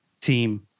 team